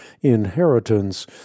inheritance